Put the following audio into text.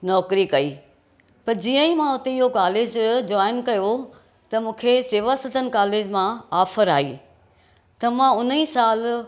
नौकिरी कई त जीअं ई मां हुते इहो कालेज जॉइन कयो त मूंखे शेवा सदन कालेज मां ऑफ़र आई त मां उन ई सालु